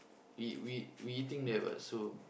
we we we eating there what so